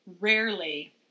rarely